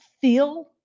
feel